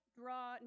draw